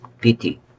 pity